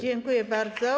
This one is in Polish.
Dziękuję bardzo.